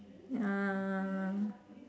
ah